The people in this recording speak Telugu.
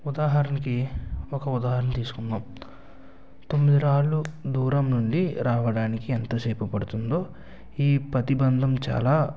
ఉదాహరణకి ఒక ఉదాహరణ తీసుకుందాం తొమ్మిది రాళ్లు దూరం నుండి రావడానికి ఎంత సేపు పడుతుందో ఈ ప్రతి బంధం చాలా